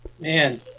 Man